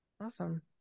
awesome